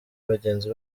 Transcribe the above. bagenzi